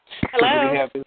Hello